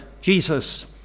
Jesus